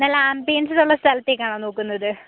നല്ല ആമ്പിയൻസിലുള്ള സ്ഥലത്തേക്കാണോ നോക്കുന്നത്